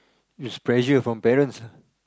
is pressure from parents lah